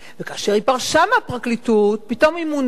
וכאשר היא פרשה מהפרקליטות היא פתאום מונתה